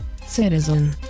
citizen